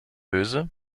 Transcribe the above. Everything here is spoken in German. böse